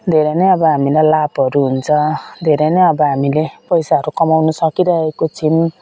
धेरै नै अब हामीलाई लाभहरू हुन्छ धेरै नै अब हामीले पैसाहरू कमाउन सकिरहेको छौँ